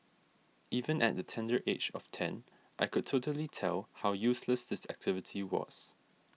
even at the tender age of ten I could totally tell how useless this activity was